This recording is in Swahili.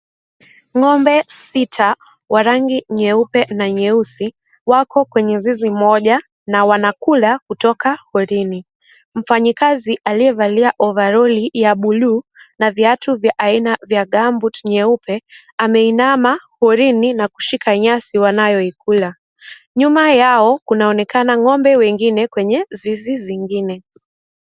Ng'ombe, sita, wa rangi nyeupe na nyeusi. Wako kwenye zizi moja na wanakula kutoka porini. Mfanyikazi , aliyevalia ovalori ya blue na viatu vya aina ya gumboot nyeupe. Anainama porini na kushika nyasi wanayoikula. Nyuma yao kunaonekana ng'ombe wengine kwenye zizi zingine.